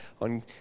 on